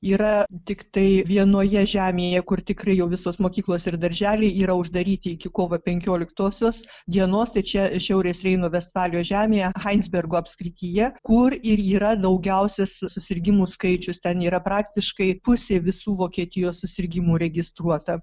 yra tiktai vienoje žemėje kur tikrai jau visos mokyklos ir darželiai yra uždaryti iki kovo penkioliktosios dienos tai čia šiaurės reino vestfalijos žemėje hainsbergo apskrityje kur ir yra daugiausias susirgimų skaičius ten yra praktiškai pusė visų vokietijos susirgimų registruota